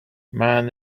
man